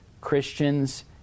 Christians